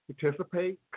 participate